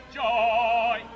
joy